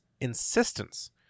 insistence